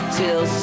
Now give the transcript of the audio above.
till